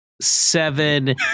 seven